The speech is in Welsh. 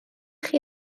chi